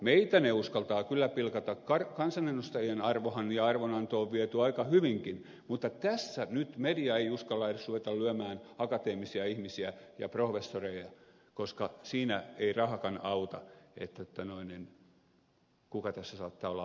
meitä se uskaltaa kyllä pilkata kansanedustajien arvohan ja arvonanto on viety aika hyvinkin mutta tässä nyt media ei uskalla edes ruveta lyömään akateemisia ihmisiä ja professoreja koska siinä ei rahakaan auta kuka tässä saattaa olla oikeassa